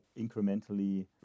incrementally